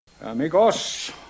Amigos